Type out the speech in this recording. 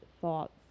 thoughts